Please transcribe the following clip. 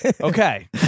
Okay